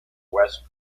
west